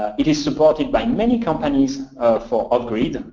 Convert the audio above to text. it is supported by many companies for off-grid.